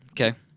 okay